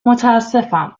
متاسفم